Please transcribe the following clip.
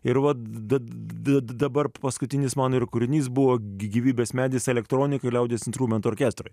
ir vat bet da dabar paskutinis mano ir kūrinys buvo gyvybės medis elektronikai liaudies instrumentų orkestrui